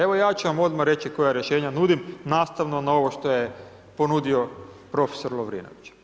Evo ja ću vam odmah reći koja rješenja nudim nastavno na ovo što je ponudio prof. Lovrinović.